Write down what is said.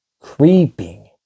creeping